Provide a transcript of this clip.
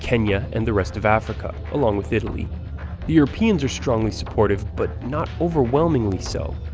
kenya and the rest of africa, along with italy. the europeans are strongly supportive, but not overwhelmingly so.